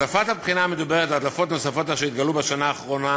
הדלפת הבחינה המדוברת והדלפות נוספות אשר התגלו בשנה האחרונה